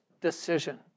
decision